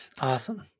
Awesome